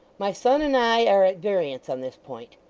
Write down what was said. my son and i are at variance on this point.